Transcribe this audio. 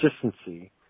consistency